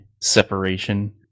separation